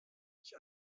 ich